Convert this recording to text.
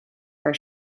for